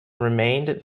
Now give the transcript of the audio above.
remained